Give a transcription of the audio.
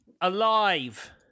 Alive